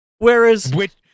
Whereas